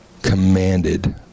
commanded